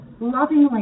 lovingly